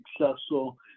successful